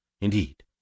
Indeed